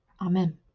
Amen